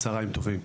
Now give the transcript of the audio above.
צוהריים טובים.